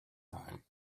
time